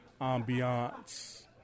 ambiance